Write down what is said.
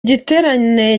giterane